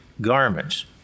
garments